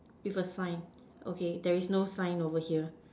with a sign okay there is no sign over here